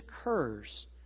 occurs